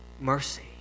mercy